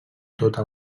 tota